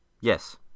Yes